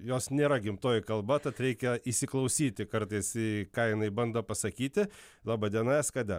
jos nėra gimtoji kalba tad reikia įsiklausyti kartais į ką jinai bando pasakyti laba diena eskader